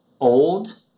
old